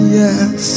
yes